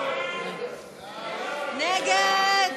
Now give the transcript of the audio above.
סעיפים